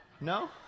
no